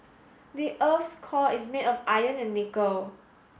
the earth's core is made of iron and nickel